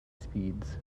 speeds